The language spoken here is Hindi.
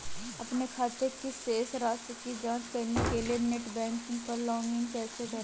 अपने खाते की शेष राशि की जांच करने के लिए नेट बैंकिंग पर लॉगइन कैसे करें?